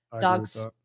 dogs